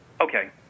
Okay